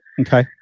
Okay